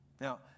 Now